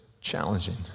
challenging